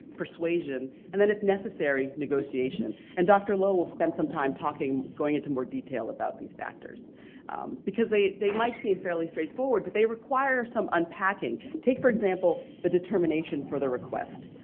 persuasion, and then if necessary, negotiation. and dr. lo will spend some time going into more detail about these factors because they they might seem fairly straightforward, but they require some unpacking. take, for example, the determination for the request.